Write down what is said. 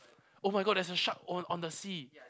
!oh-my-god! there's a shark on on the sea